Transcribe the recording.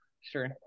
Sure